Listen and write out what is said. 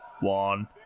one